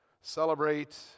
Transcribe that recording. celebrate